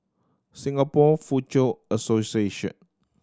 Singapore Foochow Association